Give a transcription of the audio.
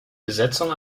besetzung